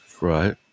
Right